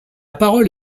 parole